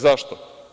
Zašto?